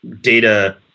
data